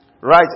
Right